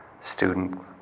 student